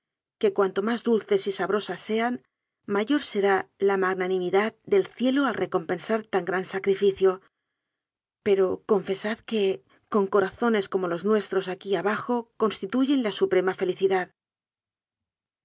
impresiónque cuanto más dulces y sabrosas sean mayor será la magnanimidad del cielo al recompensar tan gran sacrificio pero con fesad que con corazones como los nuestros aquí abajo constituyen la suprema felicidad